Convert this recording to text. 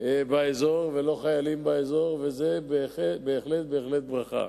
באזור ולא חיילים באזור, וזו בהחלט בהחלט ברכה.